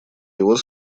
его